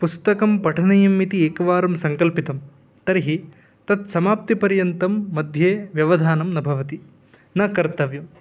पुस्तकं पठनीयमिति एकवारं सङ्कल्पितं तर्हि तत्समाप्तिपर्यन्तं मध्ये व्यवधानं न भवति न कर्तव्यं